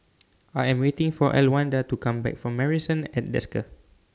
I Am waiting For Elwanda to Come Back from Marrison At Desker